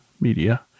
media